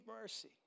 mercy